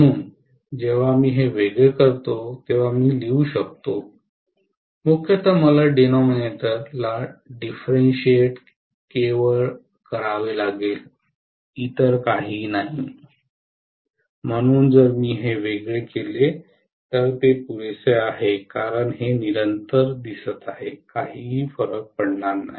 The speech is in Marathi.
म्हणून जेव्हा मी हे वेगळे करतो तेव्हा मी लिहू शकतो मुख्यतः मला डिनोमिनटर ला डिफरेन्शीएट केवळ करावे लागेल इतर काहीही नाही म्हणून जर मी हे वेगळे केले तर ते पुरेसे आहे कारण हे निरंतर दिसत आहे काही फरक पडणार नाही